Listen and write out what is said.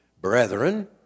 Brethren